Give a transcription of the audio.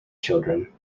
children